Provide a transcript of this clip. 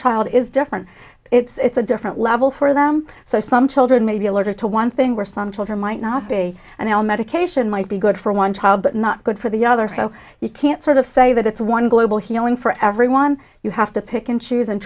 child is different it's a different level for them so some children may be allergic to one thing where some children might not be an l medication might be good for one child but not good for the other so you can't sort of say that it's one global healing for everyone you have to pick and choose and